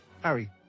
Harry